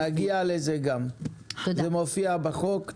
נגיע לזה גם, זה מופיע בחוק.